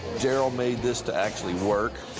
daryl made this to actually work.